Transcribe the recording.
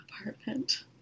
apartment